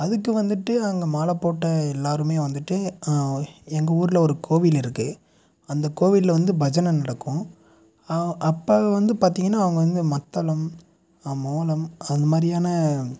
அதுக்கு வந்துட்டு அங்கே மாலை போட்ட எல்லாரும் வந்துட்டு எங்கள் ஊரில் ஒரு கோவில் இருக்குது அந்த கோவிலில் வந்து பஜனை நடக்கும் அப்போ வந்து பார்த்தீங்கன்னா அவங்க வந்து மத்தளம் மோளம் அந்தமாதிரியான